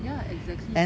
ya exactly